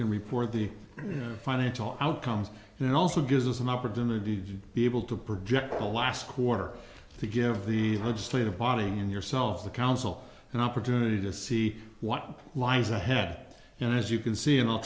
can report the financial outcomes and it also gives us an opportunity to be able to project the last quarter to give the state of bonding and yourself the council an opportunity to see what lies ahead and as you can see and i'll